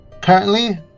Currently